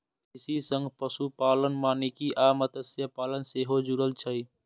कृषि सं पशुपालन, वानिकी आ मत्स्यपालन सेहो जुड़ल छै